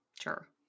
Sure